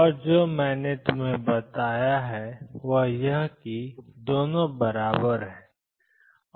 और जो मैंने तुम्हें दिखाया है वह यह है कि दोनों बराबर हैं दोनों बराबर हैं